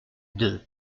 deux